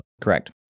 Correct